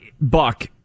Buck